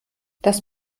das